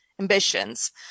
ambitions